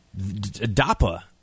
DAPA